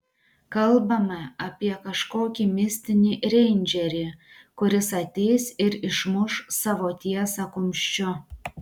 kalbame apie kažkokį mistinį reindžerį kuris ateis ir išmuš savo tiesą kumščiu